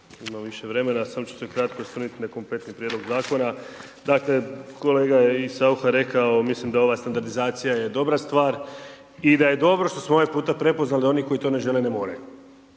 imam više vremena samo ću se ukratko osvrnuti na kompletni prijedlog zakona. Dakle, kolega je i Saucha rekao, mislim da ova standardizacija je dobra stvar i da je dobro što smo ovaj puta prepoznali da oni koji to ne žele ne moraju.